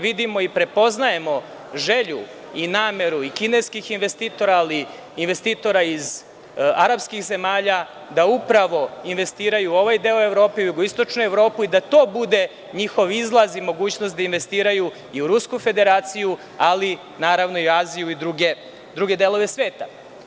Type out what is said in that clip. Vidimo i prepoznajemo želju i nameru i kineskih investitora, ali i investitora iz Arapskih zemalja, da upravo investiraju u ovaj deo Evrope i jugoistočnu Evropu i da to bude njihov izlaz i mogućnost da investiraju i u Rusku Federaciju ali, naravno, i u Aziju i druge delove sveta.